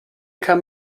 kann